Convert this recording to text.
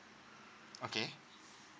okay